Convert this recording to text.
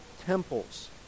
temples